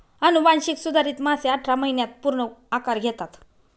अनुवांशिक सुधारित मासे अठरा महिन्यांत पूर्ण आकार घेतात